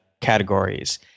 categories